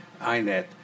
INET